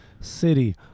City